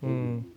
then you